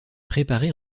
préparée